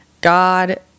God